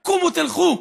קומו, תלכו.